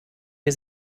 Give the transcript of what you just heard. wir